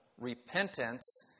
repentance